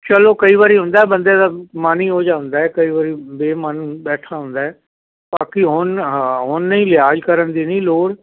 ਚਲੋ ਕਈ ਵਾਰੀ ਹੁੰਦਾ ਬੰਦੇ ਦਾ ਮਨ ਹੀ ਹੋ ਜਾਦਾ ਕਈ ਵਾਰੀ ਬੇਮਨ ਬੈਠਾ ਹੁੰਦਾ ਬਾਕੀ ਹੁਣ ਹਾਂ ਹੁਣ ਨਹੀਂ ਲਿਹਾਜ਼ ਕਰਨ ਦੀ ਨਹੀਂ ਲੋੜ